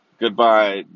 goodbye